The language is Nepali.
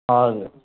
हजुर